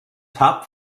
top